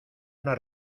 una